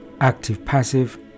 active-passive